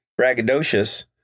braggadocious